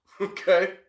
Okay